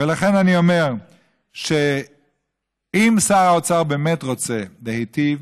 ולכן אני אומר שאם שר האוצר באמת רוצה להיטיב,